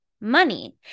money